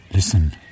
Listen